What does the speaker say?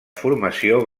formació